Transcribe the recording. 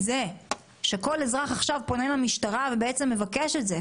זה שכל אזרח פונה למשטרה ומבקש את זה.